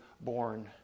born